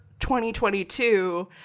2022